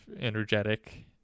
energetic